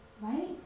right